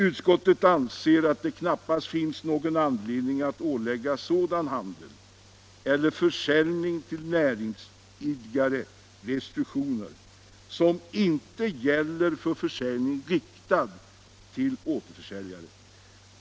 Utskottet anser att det knappast finns någon anledning att ålägga sådan handel eller försäljning till näringsidkare restriktioner som inte gäller för försäljning riktad till återförsäljare.